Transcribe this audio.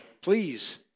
Please